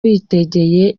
witegeye